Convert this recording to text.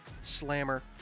slammer